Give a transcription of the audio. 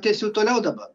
tęsiu toliau dabar